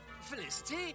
Felicity